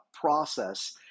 process